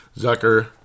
Zucker